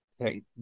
Okay